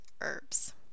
herbs